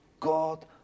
God